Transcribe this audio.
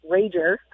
rager